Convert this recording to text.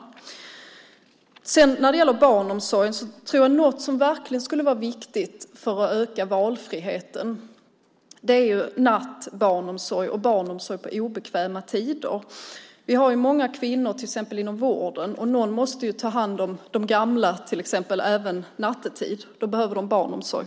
Något som verkligen är viktigt för att öka valfriheten är nattbarnomsorg och barnomsorg på obekväma tider. Många kvinnor arbetar inom vården. Någon måste ta hand om de gamla även nattetid. Då behövs barnomsorg.